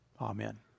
Amen